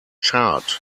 chart